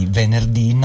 venerdì